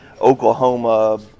Oklahoma